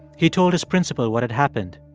he told his principal what had happened.